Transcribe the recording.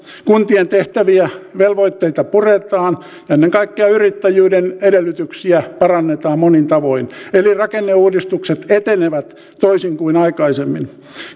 kuntien tehtäviä ja velvoitteita puretaan ennen kaikkea yrittäjyyden edellytyksiä parannetaan monin tavoin eli rakenneuudistukset etenevät toisin kuin aikaisemmin